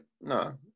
No